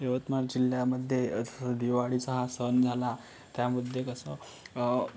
यवतमाळ जिल्ह्यामध्ये जसं दिवाळीचा हा सण झाला त्यामध्ये कसं